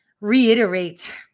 reiterate